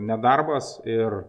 nedarbas ir